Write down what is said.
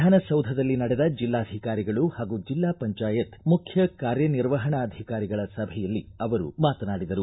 ವಿಧಾನಸೌಧದಲ್ಲಿ ನಡೆದ ಜಿಲ್ಲಾಧಿಕಾರಿಗಳು ಹಾಗೂ ಜಿಲ್ಲಾ ಪಂಚಾಯತ್ ಮುಖ್ಯ ಕಾರ್ಯನಿರ್ವಹಣಾಧಿಕಾರಿಗಳ ಸಭೆಯಲ್ಲಿ ಅವರು ಮಾತನಾಡಿದರು